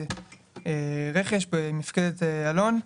רכש במפקדת אלון,